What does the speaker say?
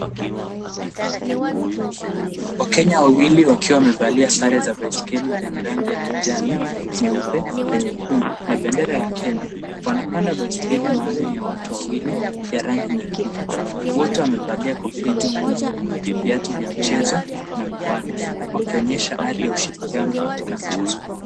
Wakenya wawili wakiwa wamevalia sare za baiskeli zenye rangi ya kijani, nyeupe na nyekundu na bendera ya Kenya wanapanda baiskeli maalum ya watu wawili ya rangi nyekundu. Wote wamevalia kofia nyekundu, viatu vya mchezo na miwani. Wakionyesha ari ya ushirikiano katika mchezo wao.